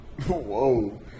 Whoa